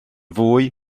fwy